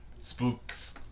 Spooks